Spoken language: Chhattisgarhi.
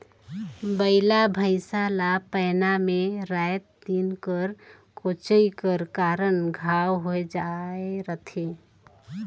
बइला भइसा ला पैना मे राएत दिन कर कोचई कर कारन घांव होए जाए रहथे